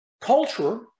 culture